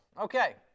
Okay